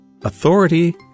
Authority